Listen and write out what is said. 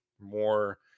more